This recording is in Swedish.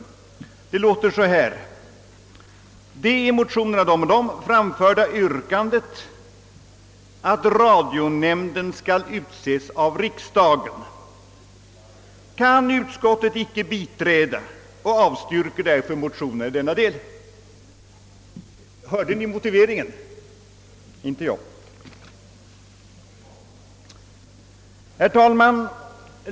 Utskottet skriver: »Det i motionerna 1:779 och II:948 framförda yrkandet att radionämnden skall utses av riksdagen kan utskottet icke biträda och avstyrker därför motionerna i denna del.» Hörde ni motiveringen? Det gjorde inte jag. Herr talman!